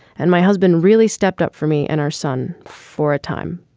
and my husband really stepped up for me and our son for a time.